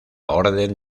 orden